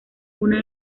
una